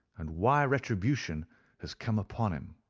and why retribution has come upon him.